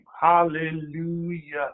hallelujah